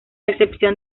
excepción